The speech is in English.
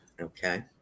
Okay